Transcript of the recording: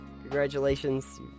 Congratulations